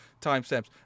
timestamps